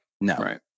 No